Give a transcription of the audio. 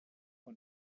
von